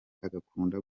agakunda